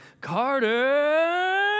Carter